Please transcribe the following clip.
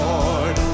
Lord